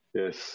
yes